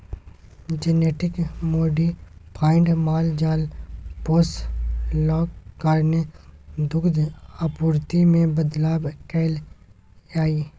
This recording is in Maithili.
जेनेटिक मोडिफाइड माल जाल पोसलाक कारणेँ दुधक आपुर्ति मे बदलाव एलय यै